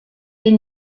est